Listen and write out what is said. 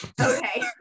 Okay